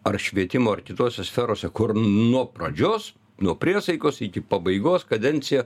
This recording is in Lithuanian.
ar švietimo ir kitose sferose kur nuo pradžios nuo priesaikos iki pabaigos kadenciją